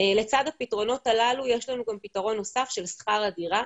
לצד הפתרונות הללו יש לנו גם פתרון נוסף של שכר דירה.